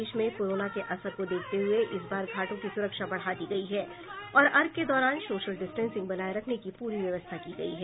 प्रदेश में कोरोना के असर को देखते हुए इस बार घाटों की सुरक्षा बढ़ा दी गयी है और अर्घ्य के दौरान सोशल डिस्टेंसिंग बनाये रखने की पूरी व्यवस्था की गयी है